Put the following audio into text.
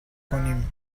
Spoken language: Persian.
کنیم